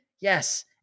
Yes